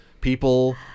people